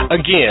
Again